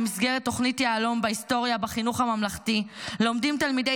במסגרת תוכנית "יהלום" בהיסטוריה בחינוך הממלכתי לומדים תלמידי